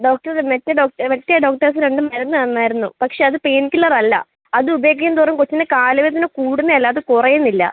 doctor മറ്റേ doctor മറ്റേ doctors രണ്ടും മരുന്ന് തന്നിരുന്നു പക്ഷെ അത് പെയിൻ കില്ലറല്ല അത് ഉപയോഗിക്കും തോറും കൊച്ചിന് കാല് വേദന കൂടുന്ന അല്ലാതെ കുറയുന്നില്ല